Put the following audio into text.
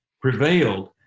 prevailed